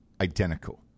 identical